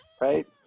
right